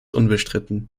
unbestritten